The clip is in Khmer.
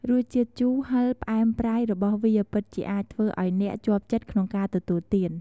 រសជាតិជូរ ហឹរ ផ្អែម ប្រៃ របស់វាពិតជាអាចធ្វើឱ្យអ្នកជាប់ចិត្តក្នុងការទទួលទាន។